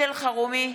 אלחרומי,